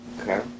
Okay